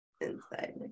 Inside